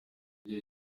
igihe